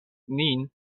nin